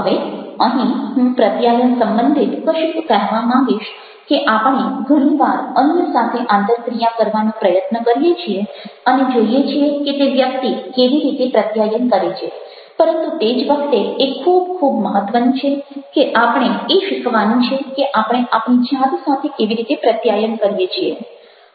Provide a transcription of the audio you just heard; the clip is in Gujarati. હવે અહીં હું પ્રત્યાયન સંબંધિત કશુંક કહેવા માંગીશ કે આપણે ઘણી વાર અન્ય સાથે આંતરક્રિયા કરવાનો પ્રયત્ન કરીએ છીએ અને જોઈએ છીએ કે તે વ્યક્તિ કેવી રીતે પ્રત્યાયન કરે છે પરંતુ તે જ વખતે એ ખૂબ ખૂબ મહત્ત્વનું છે કે આપણે એ શીખવાનું છે કે આપણે આપણી જાત સાથે કેવી રીતે પ્રત્યાયન કરીએ છીએ